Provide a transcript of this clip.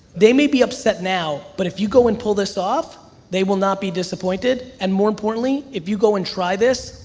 they may be upset now but if you go and pull this off they will not be disappointed and more importantly if you go and try this,